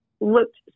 looked